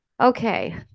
Okay